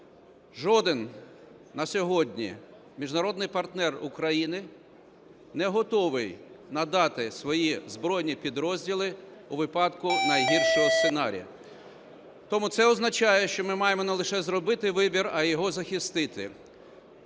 жоден на сьогодні міжнародний партнер України не готовий надати свої збройні підрозділи у випадку найгіршого сценарію. Тому це означає, що ми маємо не лише зробити вибір, а і його захистити.